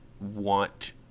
want